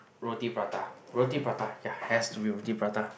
roti-prata roti-prata yeah has to be roti-prata